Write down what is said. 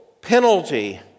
penalty